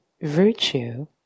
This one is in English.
virtue